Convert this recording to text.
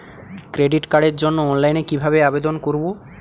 Credit কার্ডের জন্য অনলাইনে কিভাবে আবেদন করব?